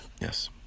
Yes